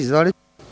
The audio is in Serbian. Izvolite.